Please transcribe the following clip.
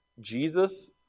Jesus